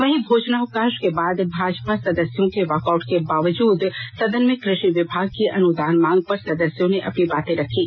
वहीं भोजनावकाश के बाद भाजपा सदस्यों के वॉकआउट के बावजूद सदन में कृषि विभाग की अनुदान मांग पर सदस्यों ने अपनी बाते रखीं